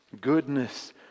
Goodness